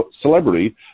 celebrity